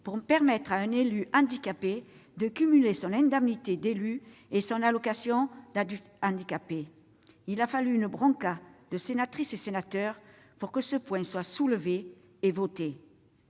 pour permettre à un élu handicapé de cumuler son indemnité d'élu et son allocation aux adultes handicapés. Il a fallu une bronca de sénatrices et de sénateurs pour que ce point soit soulevé et voté.